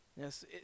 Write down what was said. Yes